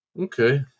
Okay